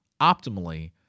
optimally